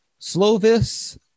Slovis